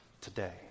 today